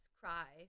cry